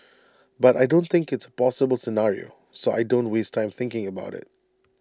but I don't think it's A possible scenario so I don't waste time thinking about IT